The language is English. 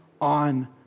on